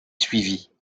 suivit